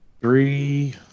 three